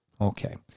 Okay